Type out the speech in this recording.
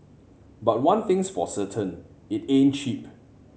but one thing's for certain it ain't cheap